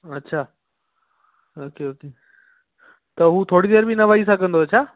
अच्छा okay okay त हू थोरी देरि बि न वेही सघंदो छा